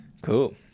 cool